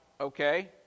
okay